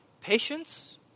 patience